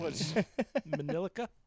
Manilica